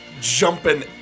jumping